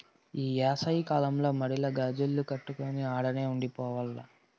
ఈ ఏసవి కాలంల మడిల గాజిల్లు కట్టుకొని ఆడనే ఉండి పోవాల్ల